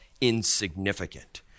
insignificant